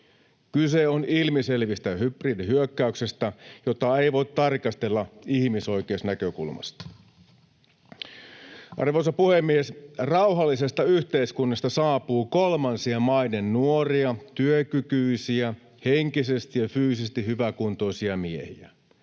Kyse on ilmiselvästä hybridihyökkäyksestä, jota ei voi tarkastella ihmisoikeusnäkökulmasta. Arvoisa puhemies! Rauhallisesta yhteiskunnasta saapuu kolmansien maiden nuoria, työkykyisiä, henkisesti ja fyysisesti hyväkuntoisia miehiä.